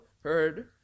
heard